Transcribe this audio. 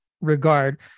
regard